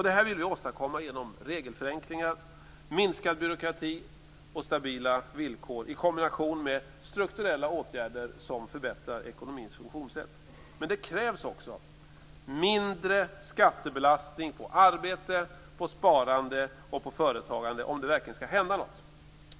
Detta vill vi åstadkomma genom regelförenklingar, minskad byråkrati och stabila villkor i kombination med strukturella åtgärder som förbättrar ekonomins funktionssätt. Men det krävs också mindre skattebelastning på arbete, på sparande och på företagande om det verkligen skall hända något.